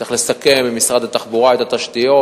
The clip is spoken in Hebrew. צריך לסכם עם משרד התחבורה את התשתיות,